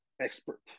expert